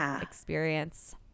experience